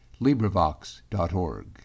LibriVox.org